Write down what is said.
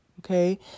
Okay